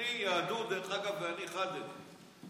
דרך אגב, יהדות ואני חד הם.